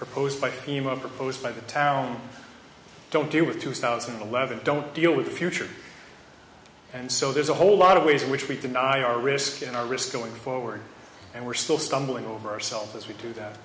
proposed by team of proposed by the town don't deal with two thousand and eleven don't deal with the future and so there's a whole lot of ways in which we deny our risk and our risk going forward and we're still stumbling over our self as we do that